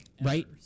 Right